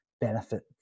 benefit